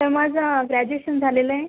तर माझं ग्रॅज्युएशन झालेलं आहे